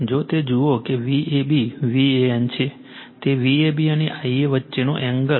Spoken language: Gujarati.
જો તે જુઓ કે Vab VAN છે તે Vab અને Ia વચ્ચેનો એંગલ 30 o છે